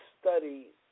study